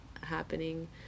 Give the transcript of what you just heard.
happening